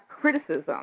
criticism